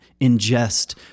ingest